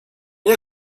nie